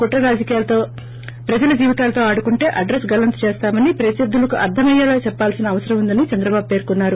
కుట్ర రాజకీయాలతో ప్రజల జీవితాలతో ఆడుకుంటే అడ్రస్ గల్లంతు చేస్తామని ప్రత్యర్థులకు అర్థమయ్యేలా చెప్పాల్సిన అవసరం ఉందని చంద్రబాబు పెర్కున్నారు